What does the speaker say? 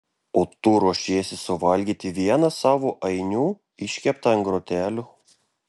o tu ruošiesi suvalgyti vieną savo ainių iškeptą ant grotelių